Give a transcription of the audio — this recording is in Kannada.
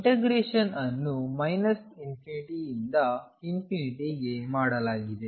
ಇಂಟಗ್ರೇಶನ್ಅನ್ನು ∞ ರಿಂದ ಗೆ ಮಾಡಲಾಗಿದೆ